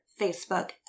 Facebook